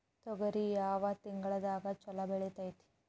ತೊಗರಿ ಯಾವ ತಿಂಗಳದಾಗ ಛಲೋ ಬೆಳಿತೈತಿ?